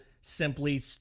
simply